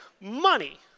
money